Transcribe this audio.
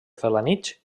felanitx